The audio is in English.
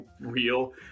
real